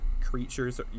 creatures